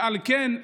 ועל כן,